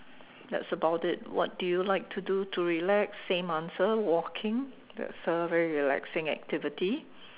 that's about it what do you like to do to relax same answer walking that's a very relaxing activity